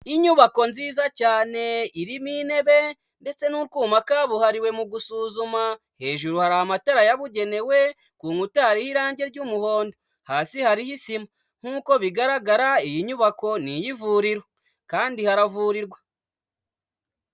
Inyubako nziza cyane irimo intebe ndetse n'utwuma kabuhariwe mu gusuzuma, hejuru hari amatara yabugenewe, ku nkuta hariho irangi ry'umuhondo, hasi hariho isima. Nk'uko bigaragara iyi nyubako ni iy'ivuriro, kandi haravurirwa.